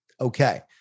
Okay